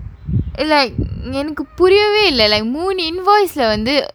இல்ல எனக்கு புரியவே இல்லல மூணு:illa enakku puriyavae illala moonu invoice leh வந்து அங்க:vanthu anga